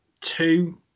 two